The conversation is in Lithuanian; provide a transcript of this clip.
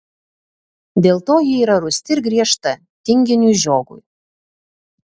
dėl to ji yra rūsti ir griežta tinginiui žiogui